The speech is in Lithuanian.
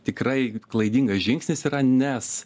tikrai klaidingas žingsnis yra nes